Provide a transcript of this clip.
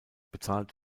bezahlt